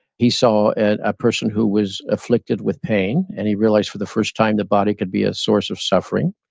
he saw and a person who was afflicted with pain and he realized for the first time the body could be a source of suffering.